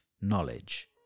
knowledge